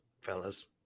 fellas